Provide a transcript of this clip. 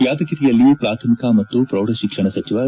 ಯಾದಗಿರಿಯಲ್ಲಿ ಪ್ರಾಥಮಿಕ ಮತ್ತು ಪ್ರೌಢ ಶಿಕ್ಷಣ ಸಚಿವ ಎಸ್